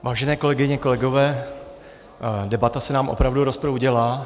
Vážené kolegyně, kolegové, debata se nám opravdu rozproudila.